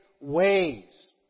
ways